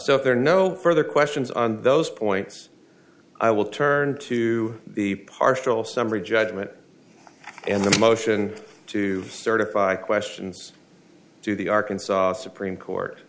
if there are no further questions on those points i will turn to the partial summary judgment and the motion to certify questions to the arkansas supreme